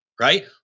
right